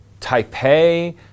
Taipei